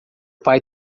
pai